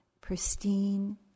pristine